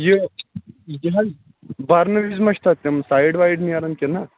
یہِ یہِ حظ برنہٕ وِزِ مَہ چھِ تَتھ تِم سایڈ وایڈ نیران کنہٕ نہ